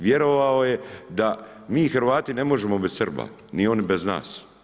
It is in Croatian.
Vjerovao je da mi Hrvati ne možemo bez Srba ni oni bez nas.